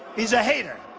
he's a hater.